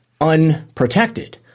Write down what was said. unprotected